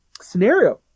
scenario